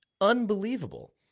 unbelievable